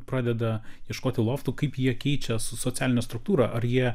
pradeda ieškoti loftų kaip jie keičia socialinę struktūrą ar jie